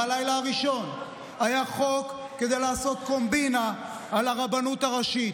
בלילה הראשון היה חוק כדי לעשות קומבינה על הרבנות הראשית.